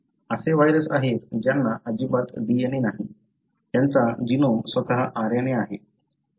असे व्हायरस आहेत ज्यांना अजिबात DNA नाही त्यांचा जीनोम स्वतः RNA आहे